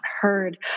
heard